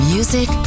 Music